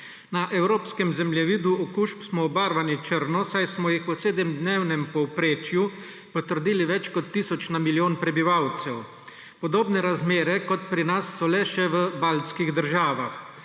Na evropskem zemljevidu okužb smo obarvani črno, saj smo jih po sedemdnevnem povprečju potrdili več kot tisoč na milijon prebivalcev. Podobne razmere kot pri nas so le še v baltskih državah.